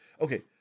Okay